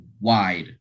wide